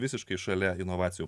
visiškai šalia inovacijų